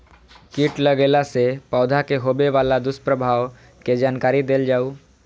कीट लगेला से पौधा के होबे वाला दुष्प्रभाव के जानकारी देल जाऊ?